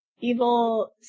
evil